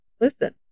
listen